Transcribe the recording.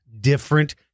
different